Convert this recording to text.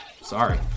Sorry